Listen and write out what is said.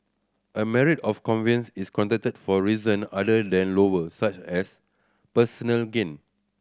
a marriage of convenience is contracted for reason other than love such as personal gain